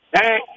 Hey